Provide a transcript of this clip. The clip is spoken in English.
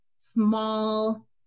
small